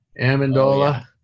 Amendola